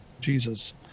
jesus